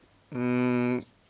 mm